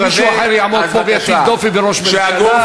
אתה רוצה שמישהו אחר יעמוד פה ויטיל דופי בראש ממשלה?